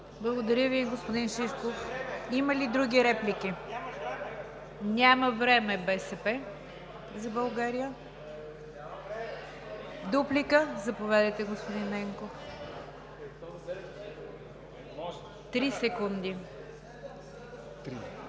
Благодаря Ви, господин Шишков. Има ли други реплики? Няма време „БСП за България“. Дуплика – заповядайте, господин Ненков. Три секунди.